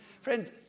Friend